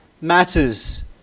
matters